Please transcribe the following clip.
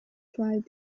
tried